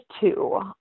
two